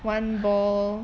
one ball